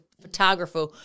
photographer